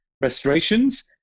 restorations